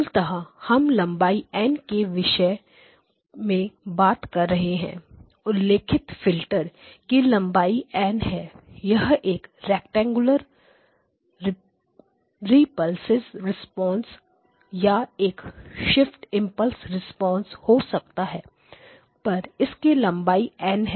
मूलतः हम लंबाई N के विषय में बात कर रहे हैं उल्लेखित फिल्टर की लंबाई N है यह एक रैक्टेंगुलर रिपल्स रिस्पांस या एक शेप्ड इम्पल्स रिस्पांस हो सकता है पर इसकी लंबाई N है